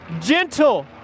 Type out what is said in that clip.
gentle